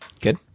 Good